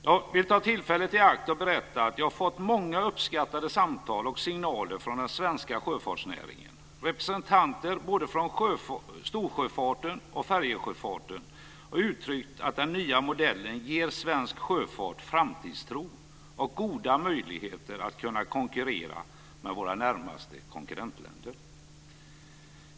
Jag vill ta tillfället i akt och berätta att jag har fått många uppskattande samtal och signaler från den svenska sjöfartsnäringen. Representanter från både storsjöfarten och färjesjöfarten har uttryckt att den nya modellen ger svensk sjöfart framtidstro och goda möjligheter att konkurrera med våra närmaste konkurrentländer.